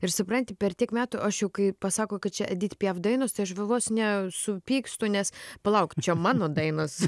ir supranti per tiek metų aš jau kai pasako kad čia edit piaf dainos tai aš vo vos ne supykstu nes palauk čia mano dainos